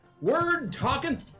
word-talking